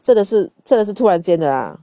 真的是真的是突然间的啊